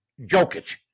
Jokic